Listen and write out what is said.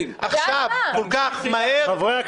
עכשיו, כל כך מהר --- ואז מה?